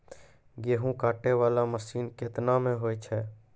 गेहूँ काटै वाला मसीन केतना मे होय छै?